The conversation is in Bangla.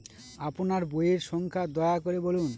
আপনার বইয়ের সংখ্যা দয়া করে বলুন?